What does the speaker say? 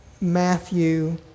Matthew